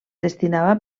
destinava